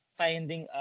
finding